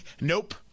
nope